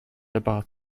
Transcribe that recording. about